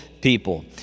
people